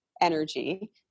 energy